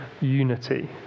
unity